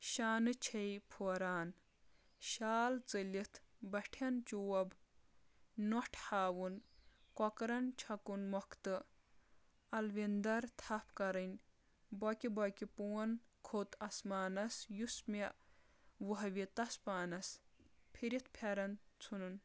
شانہٕ چھے پھوران شال ژٔلِتھ بٹھؠن چوب نۄٹھ ہاوُن کۄکرَن چھکُن مۄختہٕ الوِنٛدر تھپھ کَرٕنۍ بوٚقہِ بوٚقہِ پون کھوٚت اسمانس یُس مےٚ ۄہوِتس پانَس پھِرِتھ پھؠرَن ژھُن